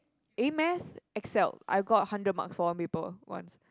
a math excel I got hundred mark for one paper once